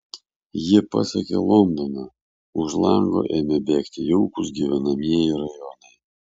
jie pasiekė londoną už lango ėmė bėgti jaukūs gyvenamieji rajonai